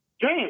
James